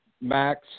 max